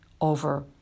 over